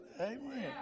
Amen